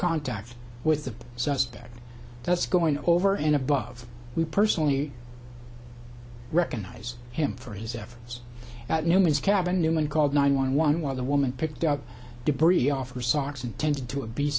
contact with the suspect that's going over and above we personally recognize him for his efforts at newman's cabin newman called nine one one one of the woman picked up debris off her socks and tended to obe